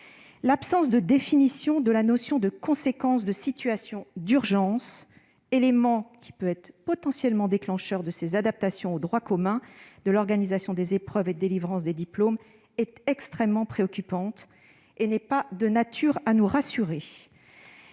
L'absence de définition de la notion de « conséquences de situation d'urgence », élément potentiellement déclencheur de ces adaptations au droit commun de l'organisation des épreuves et de délivrance des diplômes, est extrêmement préoccupante et n'est pas de nature à nous rassurer.